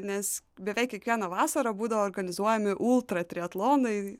nes beveik kiekvieną vasarą būdavo organizuojami ultratriatlonai